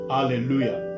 Hallelujah